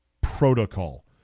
protocol